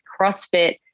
CrossFit